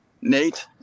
Nate